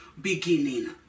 beginning